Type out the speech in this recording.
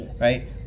right